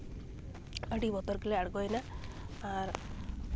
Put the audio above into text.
ᱟᱹᱰᱤ ᱵᱚᱛᱚᱨ ᱜᱮᱞᱮ ᱟᱬᱜᱳᱭᱮᱱᱟ ᱟᱨ